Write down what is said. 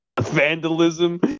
Vandalism